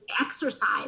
exercise